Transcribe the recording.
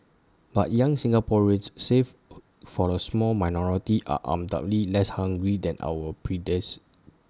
but young Singaporeans save for A small minority are undoubtedly less hungry than our